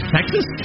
Texas